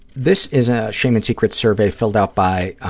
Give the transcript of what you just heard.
this is a shame and secrets survey filled out by